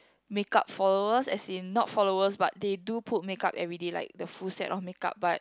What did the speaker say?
make-up followers as in not followers but they do put make-up everyday like the full set of make-up but